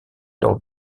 lors